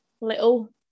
little